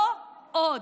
לא עוד.